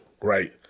right